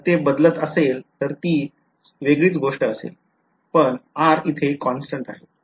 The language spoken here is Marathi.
जर ते बदलत असले तर ती वेगळीच गोष्ट असेल पण r इथे कॉन्स्टन्ट आहे